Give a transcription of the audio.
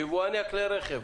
יבואני כלי רכב.